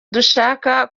dushaka